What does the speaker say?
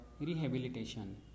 rehabilitation